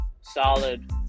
solid